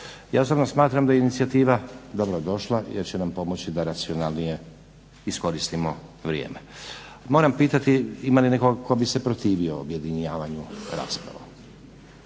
Ja osobno smatram da inicijativa je dobrodošla jer će nam pomoći da racionalnije iskoristimo vrijeme. Moram pitati ima li netko tko bi se protivio objedinjavanju rasprave?